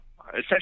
essentially